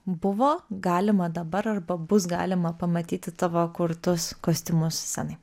buvo galima dabar arba bus galima pamatyti tavo kurtus kostiumus scenai